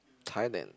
Thailand